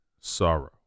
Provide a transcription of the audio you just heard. sorrow